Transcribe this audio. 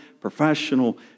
professional